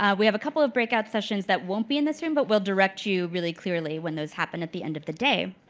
ah we have a couple of breakout sessions that won't be in this room, but we'll direct you really clearly when those happen at the end of the day.